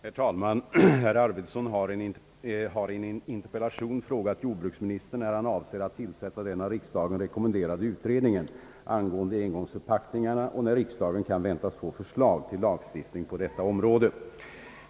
Herr talman! Herr Arvidson har i en interpellation frågat jordbruksministern, när han avser att tillsätta den av riksdagen rekommenderade utredningen angående engångsförpackningarna och när riksdagen kan väntas få förslag till lagstiftning på detta område.